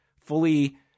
fully